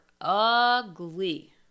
ugly